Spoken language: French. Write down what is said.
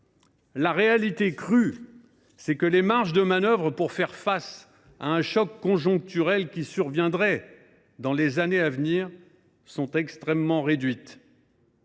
La réalité crue, c’est que les marges de manœuvre pour faire face à un choc conjoncturel qui surviendrait dans les années à venir sont extrêmement réduites.